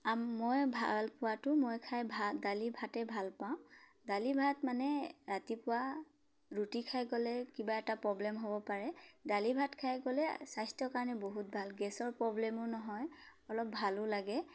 আম মই ভাল পোৱাটো মই খাই ভা দালি ভাতেই ভাল পাওঁ দালি ভাত মানে ৰাতিপুৱা ৰুটি খাই গ'লে কিবা এটা প্ৰব্লেম হ'ব পাৰে দালি ভাত খাই গ'লে স্বাস্থ্যৰ কাৰণে বহুত ভাল গেছৰ প্ৰব্লেমো নহয় অলপ ভালো লাগে